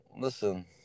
listen